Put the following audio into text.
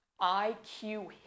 IQ